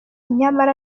nyamara